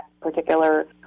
particular